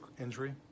injury